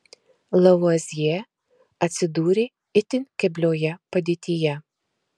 lavuazjė atsidūrė itin keblioje padėtyje